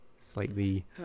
slightly